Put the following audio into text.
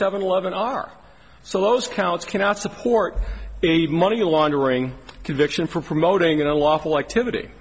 seven eleven are so those counts cannot support a money laundering conviction for promoting an unlawful activity